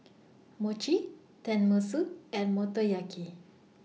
Mochi Tenmusu and Motoyaki